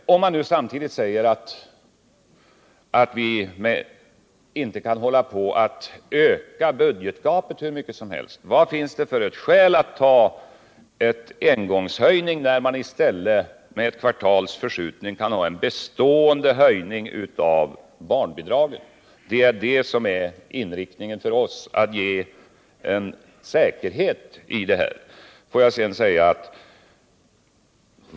Om man nu menar att vi inte kan hålla på att öka budgetgapet hur mycket som helst — vad finns det då för skäl att genomföra en engångshöjning när man i stället med ett kvartals förskjutning kan genomföra en bestående höjning av barnbidragen? Vår målsättning är att åstadkomma en säkerhet för barnfamiljerna.